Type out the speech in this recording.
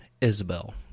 Isabel